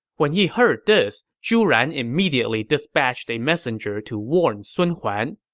when he heard this, zhu ran immediately dispatched a messenger to warn sun huan,